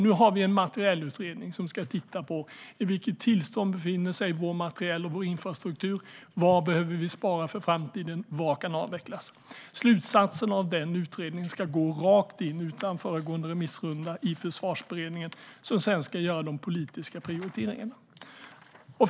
Nu har vi en materielutredning som ska titta på i vilket tillstånd vår materiel och infrastruktur befinner sig. Vad behöver vi spara för framtiden? Vad kan avvecklas? Slutsatsen av den utredningen ska gå rakt in, utan föregående remissrunda, i Försvarsberedningen, som sedan ska göra de politiska prioriteringarna.